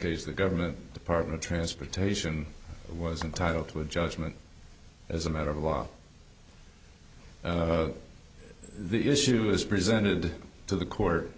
case the government department transportation was entitled to a judgment as a matter of law the issue is presented to the court